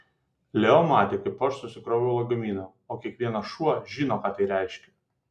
leo matė kaip aš susikroviau lagaminą o kiekvienas šuo žino ką tai reiškia